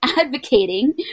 advocating